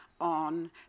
on